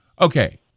okay